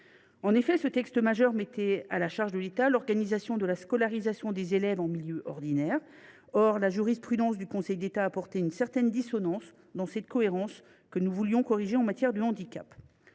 En effet, ce texte majeur mettait à la charge de l’État l’organisation de la scolarisation des élèves en milieu ordinaire. Or la jurisprudence du Conseil d’État crée une certaine dissonance dans ce cadre cohérent. Il nous importait de la